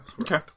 Okay